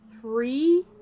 three